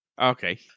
okay